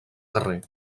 carrer